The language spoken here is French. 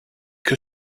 que